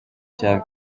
cya